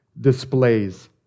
displays